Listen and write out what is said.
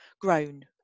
grown